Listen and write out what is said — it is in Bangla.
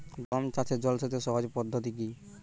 গম চাষে জল সেচের সহজ পদ্ধতি কি?